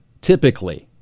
typically